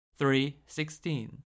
3.16